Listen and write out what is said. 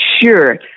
Sure